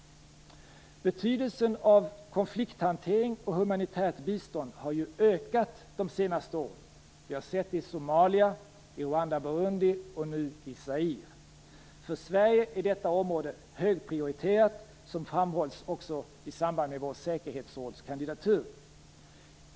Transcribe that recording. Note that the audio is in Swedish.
Betydelsen av konflikthantering och humanitärt bistånd har ju ökat under de senaste åren. Vi har sett det i Somalia, i Rwanda, i Burundi och nu i Zaire. För Sverige är detta område högprioriterat, som också framhölls i samband med vår säkerhetsrådskandidatur.